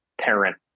parent